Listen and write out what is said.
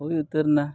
ᱦᱩᱭ ᱩᱛᱟᱹᱨ ᱮᱱᱟ